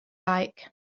like